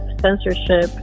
censorship